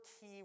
key